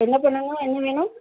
என்ன பண்ணணும் என்ன வேணும்